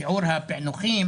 שיעור הפיענוחים